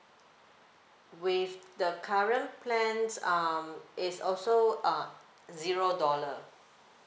with the current plans um it's also uh zero dollar